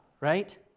right